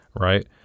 right